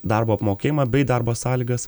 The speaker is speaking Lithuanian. darbo apmokėjimą bei darbo sąlygas